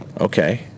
okay